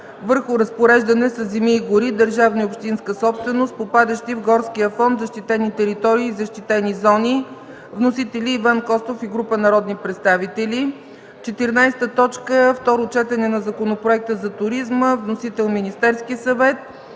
върху разпореждането със земи и гори – държавна и общинска собственост, попадащи в горския фонд, защитени територии и защитени зони. Вносители – Иван Костов и група народни представители. 14. Второ четене на Законопроекта за туризма. Вносител – Министерският съвет.